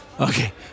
Okay